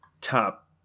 top